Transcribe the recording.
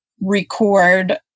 record